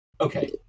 Okay